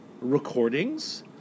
recordings